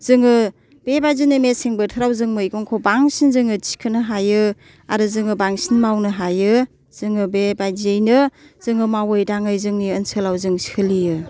जोङो बेबायदिनो मेसें बोथोराव जों मैगंखौ बांसिन जोङो थिखोनो हायो आरो जोङो बांसिन मावनो हायो जोङो बेबायदियैनो जोङो मावै दाङै जोंनि ओनसोलाव जों सोलियो